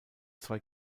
zwei